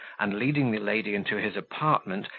and, leading the lady into his apartment,